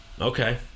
Okay